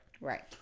Right